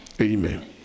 Amen